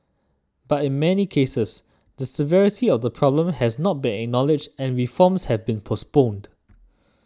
but in many cases the severity of the problem has not been acknowledged and reforms have been postponed